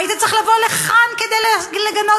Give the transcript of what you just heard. היית צריך לבוא לכאן כדי לגנות?